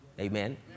Amen